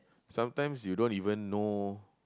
sometimes you don't even know